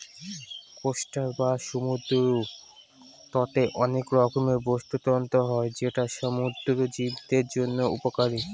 coastal বা সমুদ্র তটে অনেক রকমের বাস্তুতন্ত্র হয় যেটা সমুদ্র জীবদের জন্য উপকারী